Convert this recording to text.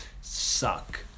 suck